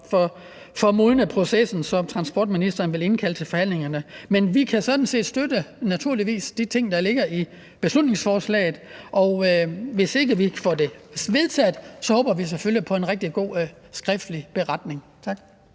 får modnet processen, så transportministeren vil indkalde til forhandlingerne. Men vi kan naturligvis støtte de ting, der ligger i beslutningsforslaget, og hvis ikke vi får det vedtaget, håber vi selvfølgelig på en rigtig god skriftlig beretning. Tak.